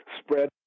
spread